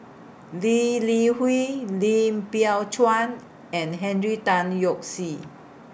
Lee Li Hui Lim Biow Chuan and Henry Tan Yoke See